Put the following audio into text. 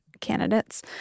candidates